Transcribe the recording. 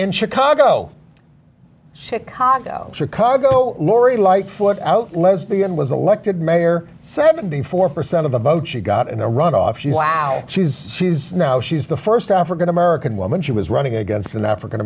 in chicago chicago chicago laurie lightfoot out lesbian was elected mayor seventy four percent of the vote she got in a runoff few hours she's she's now she's the first african american woman she was running against an african